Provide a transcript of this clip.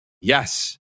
Yes